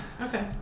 okay